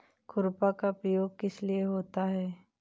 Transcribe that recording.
खुरपा का प्रयोग किस लिए होता है?